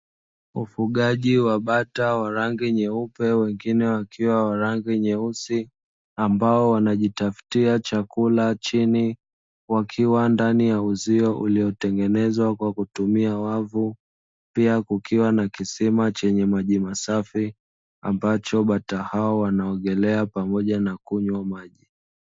Ufugaji wa bata wa rangi nyeupe wengine wakiwa wa rangi nyeusi ambao wanajitafutia chakula chini, wakiwa ndani ya uzio uliotengenezwa kwa kutumia wavu pia kukiwa na kisima chenye maji masafi ambacho bata hao wanaogelea pamoja na kunywa maji.